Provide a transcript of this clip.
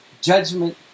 judgment